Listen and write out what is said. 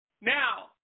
Now